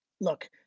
Look